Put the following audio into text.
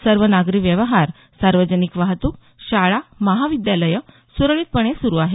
सर्व नागरी व्यवहार सार्वजनिक वाहतूक शाळा महाविद्यालयं सुरळीतपणे सुरू आहेत